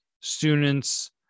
students